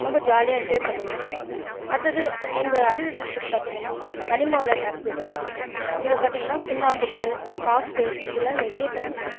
ரொம்ப ஜாலியாக என்ஜாய் பண்ணுவோம் அடுத்தது எங்க அரியலூர் டிஸ்ட்ரிக்ட் பார்த்தீங்கன்னா கனிம வளம் நிறைஞ்சது இங்கே பார்த்தீங்கன்னா சுண்ணாம்புக்கல் பாஸ்பேட் இதெல்லாம் நிறைய கிடைக்கும்